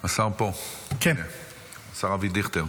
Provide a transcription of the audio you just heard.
השר פה, השר אבי דיכטר.